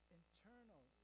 internal